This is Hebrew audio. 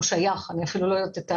אני לא יודעת את ההגדרות.